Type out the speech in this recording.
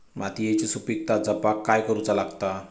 मातीयेची सुपीकता जपाक काय करूचा लागता?